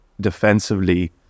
defensively